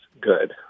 good